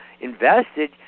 invested